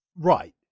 Right